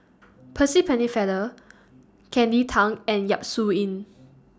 Percy Pennefather Kelly Tang and Yap Su Yin